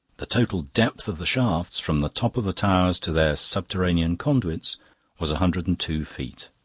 the total depth of the shafts from the top of the towers to their subterranean conduits was a hundred and two feet.